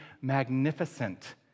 magnificent